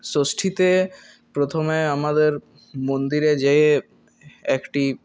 ষষ্ঠীতে প্রথমে আমাদের মন্দিরে যে একটি